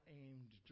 aimed